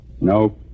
No